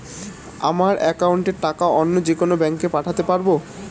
আমার একাউন্টের টাকা অন্য যেকোনো ব্যাঙ্কে পাঠাতে পারব?